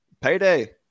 Payday